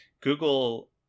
Google